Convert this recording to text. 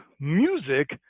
music